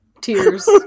Tears